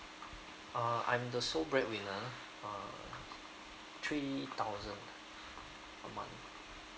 uh I'm the sole bread winner uh three thousand a month